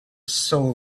soul